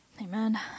Amen